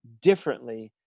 differently